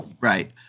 Right